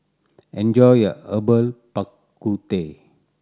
enjoy your Herbal Bak Ku Teh